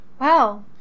wow